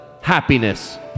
happiness